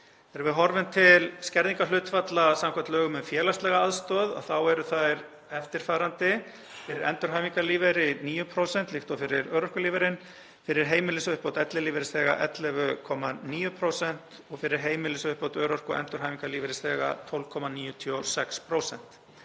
Þegar við horfum til skerðingarhlutfalla samkvæmt lögum um félagslega aðstoð þá eru þau eftirfarandi: Fyrir endurhæfingarlífeyri 9%, líkt og fyrir örorkulífeyrinn, fyrir heimilisuppbót ellilífeyrisþega 11,9% og fyrir heimilisuppbót örorku- og endurhæfingarlífeyrisþega 12,96%.